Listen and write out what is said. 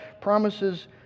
promises